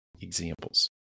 examples